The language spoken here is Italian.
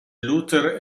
luther